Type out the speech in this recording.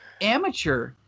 amateur